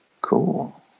cool